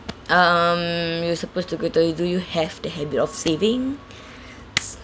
um you supposed to go to you do you have the habit of saving